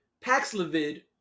Paxlovid